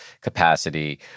capacity